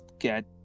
get